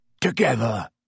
Together